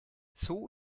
zoo